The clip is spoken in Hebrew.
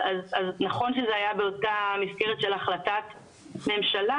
אז נכון שזה היה באותה מסגרת של החלטת ממשלה,